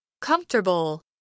Comfortable